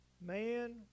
Man